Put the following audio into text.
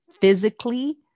physically